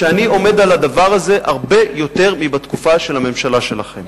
שאני עומד על הדבר הזה הרבה יותר מאשר בתקופה של הממשלה שלכם.